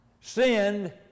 sinned